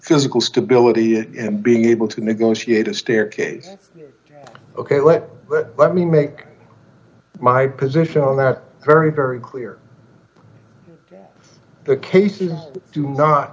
physical stability and being able to negotiate a staircase ok let let let me make my position on that very very clear the cases do not